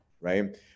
right